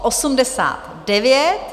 89.